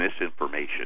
misinformation